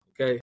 okay